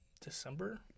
December